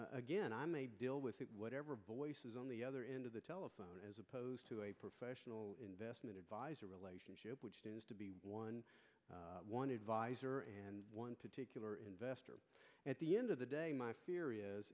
again i may deal with whatever voices on the other end of the telephone as opposed to a professional investment advisor relationship which has to be one one advisor and one particular investor at the end of the day my fear is